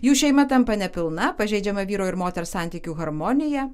jų šeima tampa nepilna pažeidžiama vyro ir moters santykių harmonija